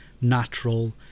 natural